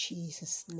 Jesus